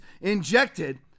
injected